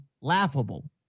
laughable